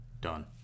Done